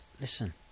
listen